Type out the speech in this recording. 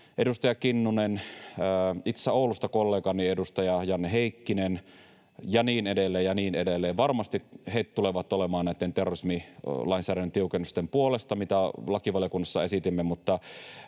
edustaja Kinnunen, Oulusta kollegani edustaja Janne Heikkinen ja niin edelleen ja niin edelleen, varmasti tulevat olemaan näitten terrorismilainsäädännön tiukennusten puolesta, mitä lakivaliokunnassa esitimme,